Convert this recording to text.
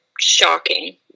shocking